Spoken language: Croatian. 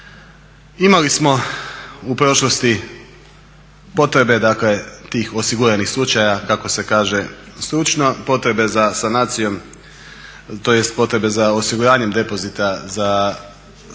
Imali smo u prošlosti potrebe tih osiguranih slučaja kako se kaže stručno, potrebe za sanacijom tj. potrebe za osiguranjem depozita za određene